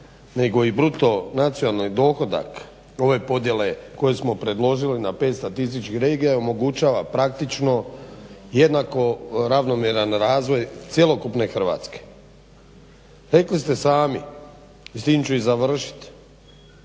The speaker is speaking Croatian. nego i bruto nacionalni dohodak ove podjele koju smo predložili na 5 statističkih regija omogućava praktično jednako ravnomjeran razvoj cjelokupne Hrvatske. Rekli ste sami i s tim ću i završit,